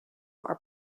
are